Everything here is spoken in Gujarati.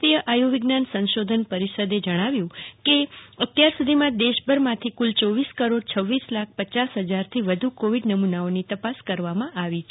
ભારતીય આયુવિજ્ઞાન સંશોધન પરિષદ આઈસીએમઆરેઅ જજ્ઞાવ્યું છે કે અત્યાર સુધીમાં દેશભરમાંથી કુલ ચોવીસ કરોડ છવ્વીસ લાખ પચાસ હજારથી વધુ કોવીડ નમૂનાઓની તપાસ કરવામાં આવી છે